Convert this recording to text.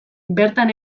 bertan